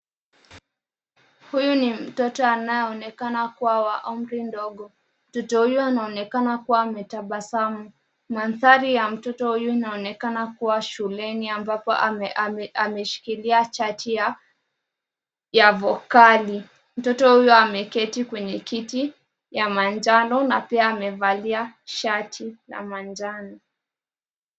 Huyu ni mtoto anaye onekana kuwa wa umri ndogo. Mtoto huyu anaonekana kuwa ametabasamu. Mandhari ya mtoto huyu inaonekana kuwa shuleni ambapo ameshikiliwa chati ya vokali. Mtoto huyu ameketi kwenye kiti ya manjano na pia amevalia shati la manjano.